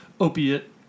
opiate